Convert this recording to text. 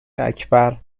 اکبر